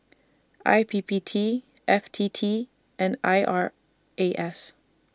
I P P T F T T and I R A S